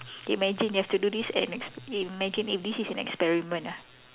can you imagine you have to do this and ex~ imagine if this is an experiment ah